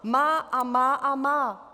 Má a má a má!